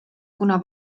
kuna